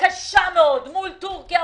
קשה מאוד מולך טורקיה,